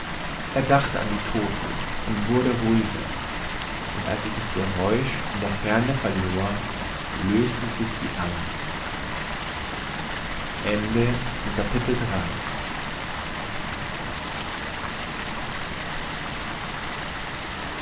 er dachte an die tote und wurde ruhiger und als sich das geräusch in der ferne verlor löste sich die angst